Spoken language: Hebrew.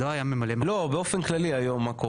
לא, באופן כללי היום מה קורה?